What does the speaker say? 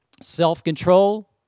self-control